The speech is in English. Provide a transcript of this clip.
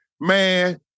man